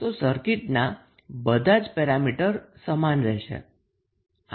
તો સર્કિટના બધા જ પેરામીટર સમાન રહેશે